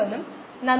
Slope Kmvm58